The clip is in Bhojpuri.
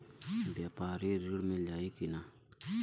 व्यापारी ऋण मिल जाई कि ना?